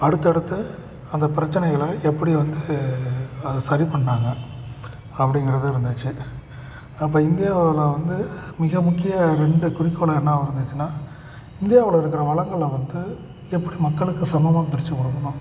அடுத்தடுத்து அந்த பிரச்சனைகளை எப்படி வந்து அதை சரி பண்ணிணாங்க அப்படிங்குறது இருந்துச்சு அப்போ இந்தியாவில் வந்து மிக முக்கிய ரெண்டு குறிக்கோள் என்னவாக இருந்துச்சுன்னா இந்தியாவில் இருக்கிற வளங்களை வந்து எப்படி மக்களுக்கு சமமாக பிரித்து கொடுக்கணும்